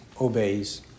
obeys